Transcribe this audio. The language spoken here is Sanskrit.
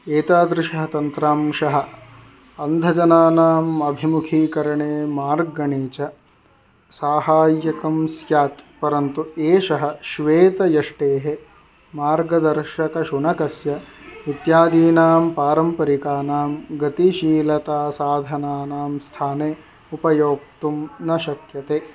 एतादृशः तन्त्रांशः अन्धजनानाम् अभिमुखीकरणे मार्गणे च साहाय्यकं स्यात् परन्तु एषः श्वेतयष्टेः मार्गदर्शकशुनकस्य इत्यादीनां पारम्परिकानां गतिशीलतासाधनानां स्थाने उपयोक्तुं न शक्यते